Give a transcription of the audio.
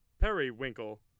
periwinkle